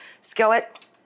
skillet